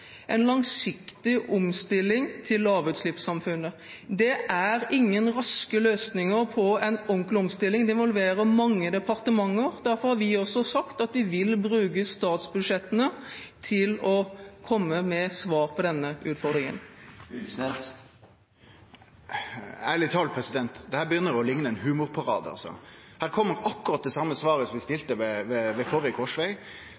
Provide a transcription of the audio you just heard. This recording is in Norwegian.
en langsiktig omstilling til lavutslippssamfunnet. Det er ingen raske løsninger på en ordentlig omstilling. Det involverer mange departementer. Derfor har vi også sagt at vi vil bruke statsbudsjettene til å komme med svar på denne utfordringen. Ærleg talt, president! Dette begynner å likne på ein humorparade. Her kom akkurat det same svaret som det vi